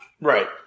Right